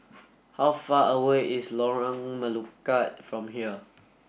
how far away is Lorong Melukut from here